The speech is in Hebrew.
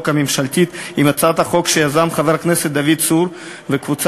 הממשלתית עם הצעת חוק שיזמו חבר הכנסת דוד צור וקבוצת